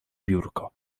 biurko